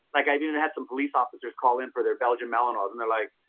like i've even had some police officers call in for their belgian malinois. and they're like,